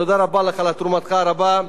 תודה רבה לך על תרומתך הרבה.